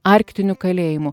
arktiniu kalėjimu